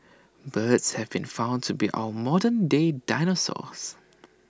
birds have been found to be our modern day dinosaurs